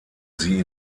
sie